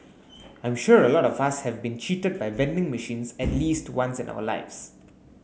I'm sure a lot of us have been cheated by vending machines at least once in our lives